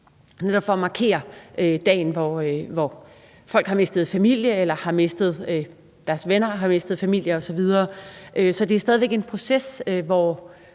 netop for at markere dagen, hvor folk har mistet familie, eller hvor deres venner har mistet familie osv. Så det er stadig væk en proces, hvor